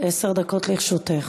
עשר דקות לרשותך.